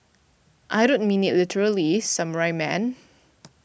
I don't mean it literally Samurai man